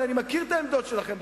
הרי אני מכיר את העמדות שלכם.